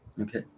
Okay